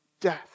death